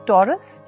Taurus